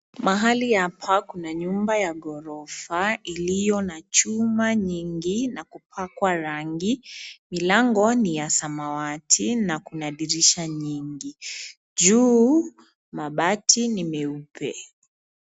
Mahali hapa kuna nyumba ya ghorofa iliyo na chuma nyingi na kupakwa rangi . Milango ni ya samawati na kuna dirisha nyingi . Juu , mabati ni meupe.